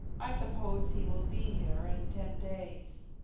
i suppose he will be here in ten days.